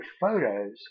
photos